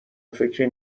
فکری